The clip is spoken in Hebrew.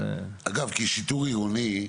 אגב, כי שיטור עירוני,